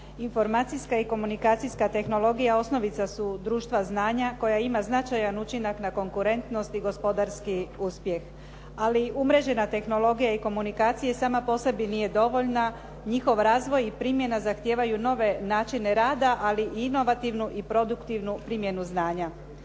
Informacijska i komunikacijska tehnologija osnovica su društva znanja koja ima značajan učinak na konkurentnost i gospodarski uspjeh, ali umrežena tehnologija i komunikacija sama po sebi nije dovoljna, njihov razvoj i primjena zahtijevaju nove načine rada ali i inovativnu i produktivnu primjenu znanja.